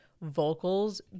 vocals